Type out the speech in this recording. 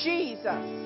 Jesus